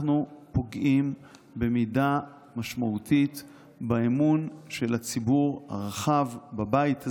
פוגעים במידה משמעותית באמון של הציבור הרחב בבית הזה,